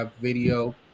video